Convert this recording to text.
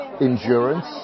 endurance